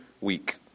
week